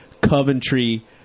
Coventry